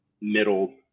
middle